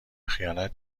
خیانت